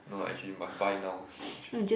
no lah actually must buy now actually